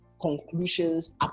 conclusions